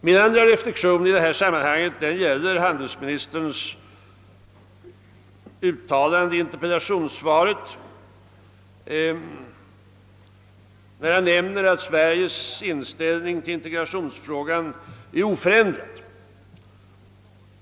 Jag vill i detta sammanhang också göra en reflexion beträffande handelsministerns uttalande i interpellationssvaret att Sveriges inställning till integrationsfrågan är oförändrad.